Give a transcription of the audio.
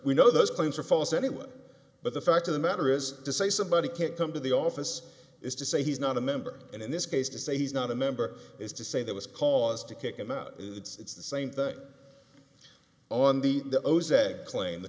we know those claims are false anyway but the fact of the matter is to say somebody can't come to the office is to say he's not a member and in this case to say he's not a member is to say there was cause to kick him out it's the same thing on the the o's a claim the